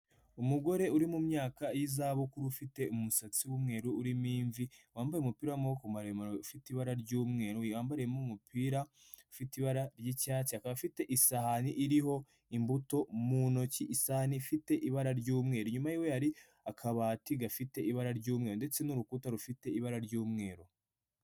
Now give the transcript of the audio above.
Umugore uri mu myaka y'izabukuru ufite umusatsi w'umweru urimo imvi wambaye umupira w'amaboko maremure ufite ibara ry'umweru wambayemo umupira ufite ibara ry'icyatsi, afite isahani iriho imbuto mu ntoki isani ifite ibara ry'umweru, inyuma ye hari akabati gafite ibara ry'umye ndetse n'urukuta rufite ibara ry'umweru.